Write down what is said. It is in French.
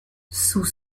sous